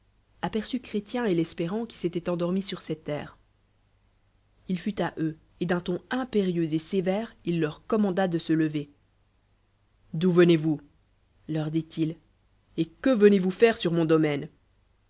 chrétien el ltspérant qui s'éttlicllt eu dormis sur ses terres il fut à eux et d'aa ton impérieux et sév re il leur commanda de e lever d'oh venez-vous leur dit-il et que venez-vous faire sur mon domaine